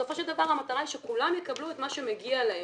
בסופו של דבר המטרה היא שכולם יקבלו את מה שמגיע להם.